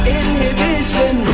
inhibition